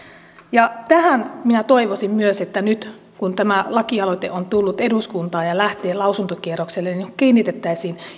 tähän minä toivoisin myös nyt kun tämä lakialoite on tullut eduskuntaan ja lähtee lausuntokierrokselle kiinnitettävän